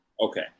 Okay